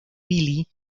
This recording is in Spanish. billy